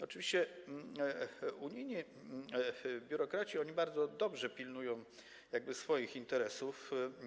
Oczywiście unijni biurokraci bardzo dobrze pilnują swoich interesów.